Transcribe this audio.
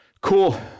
Cool